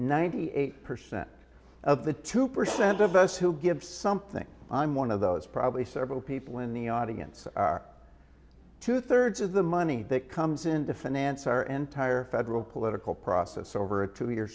ninety eight percent of the two percent of those who give something i'm one of those probably several people in the audience are two thirds of the money that comes in to finance our entire federal political process over a two y